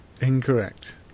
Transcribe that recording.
incorrect